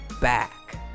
back